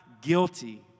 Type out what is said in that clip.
guilty